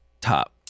Top